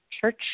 church